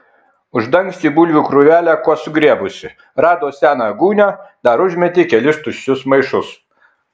uždangstė bulvių krūvelę kuo sugriebusi rado seną gūnią dar užmetė kelis tuščius maišus